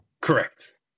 Correct